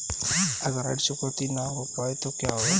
अगर ऋण चुकौती न कर पाए तो क्या होगा?